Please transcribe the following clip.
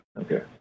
okay